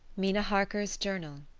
mina harker's journal.